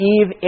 Eve